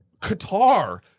Qatar